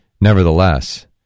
nevertheless